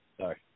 Sorry